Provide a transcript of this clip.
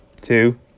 Two